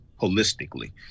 holistically